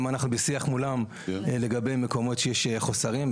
אנחנו גם בשיח מולם לגבי מקומות שבהם יש חוסרים.